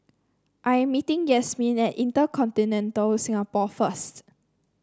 I am meeting Yasmeen at InterContinental Singapore first